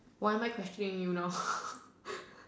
why am I questioning you now